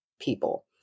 people